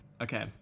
Okay